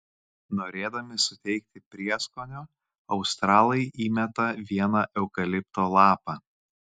norėdami suteikti prieskonio australai įmeta vieną eukalipto lapą